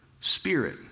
Spirit